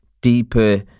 deeper